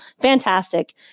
Fantastic